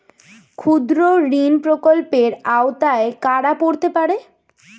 ক্ষুদ্রঋণ প্রকল্পের আওতায় কারা পড়তে পারে?